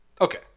Okay